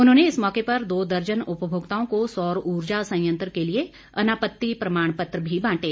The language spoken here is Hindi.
उन्होंने इस मौके पर दो दर्जन उपभोक्ताओं को सौर ऊर्जा सयंत्र के लिए अनापत्ति प्रमाण पत्र भी बांटे